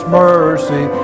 mercy